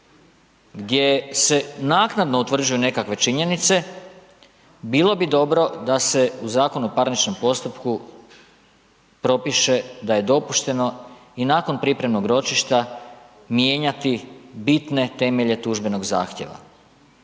gdje se naknadno utvrđuju nekakve činjenice, bilo bi dobro da se u ZPP-u propiše da je dopušteno i nakon pripremnog ročišta, mijenjati bitne temelje tužbenog zahtjeva.